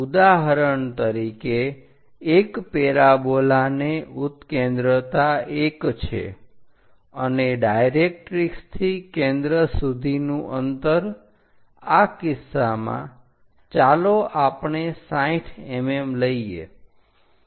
ઉદાહરણ તરીકે એક પેરાબોલાને ઉત્કેન્દ્રતા 1 છે અને ડાયરેક્ટરીક્ષથી કેન્દ્ર સુધીનું અંતર આ કિસ્સામાં ચાલો આપણે 60 mm લઈએ